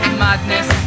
madness